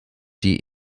die